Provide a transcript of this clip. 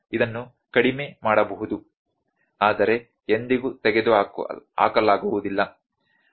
ಆದ್ದರಿಂದ ಇದನ್ನು ಕಡಿಮೆ ಮಾಡಬಹುದು ಆದರೆ ಎಂದಿಗೂ ತೆಗೆದುಹಾಕಲಾಗುವುದಿಲ್ಲ